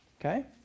okay